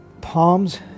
palms